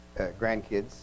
grandkids